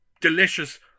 delicious